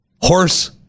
horse